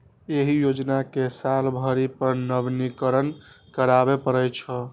एहि योजना कें साल भरि पर नवीनीकरण कराबै पड़ै छै